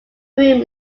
room